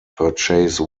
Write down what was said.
purchase